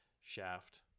Shaft